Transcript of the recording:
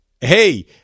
Hey